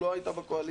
לא היו בקואליציה,